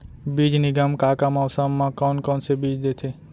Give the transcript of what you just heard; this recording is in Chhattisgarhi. बीज निगम का का मौसम मा, कौन कौन से बीज देथे?